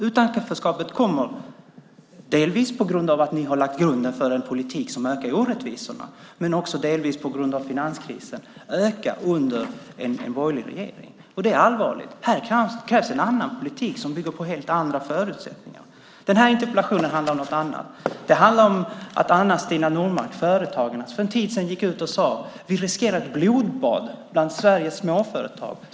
Utanförskapet kommer, delvis på grund av att ni har lagt grunden för en politik som ökar orättvisorna men delvis också på grund av finanskrisen, att öka under en borgerlig regering. Det är allvarligt. Här krävs en annan politik, som bygger på helt andra förutsättningar. Den här interpellationen handlar om något annat. Det handlar om att Anna-Stina Nordmark-Nilsson, Företagarna, för en tid sedan gick ut och sade att vi riskerar ett blodbad bland Sveriges småföretag.